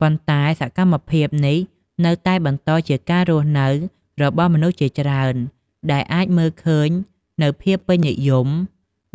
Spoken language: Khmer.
ប៉ុន្តែសកម្មភាពនេះនៅតែបន្តជាការរស់នៅរបស់មនុស្សជាច្រើន ដែលអាចមើលឃើញនូវភាពពេញនិយម